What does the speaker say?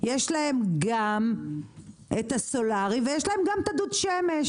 יש להם גם את הסולארי ויש להם גם את הדוד שמש.